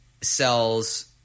sells –